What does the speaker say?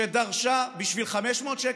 שדרשה בשביל 500 שקל,